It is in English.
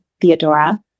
Theodora